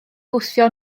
gwthio